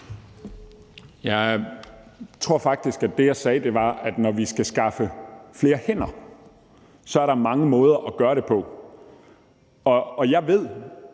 Jeg tror faktisk, at det, jeg sagde, var, at når vi skal skaffe flere hænder, er der mange måder at gøre det på. Og jeg ved,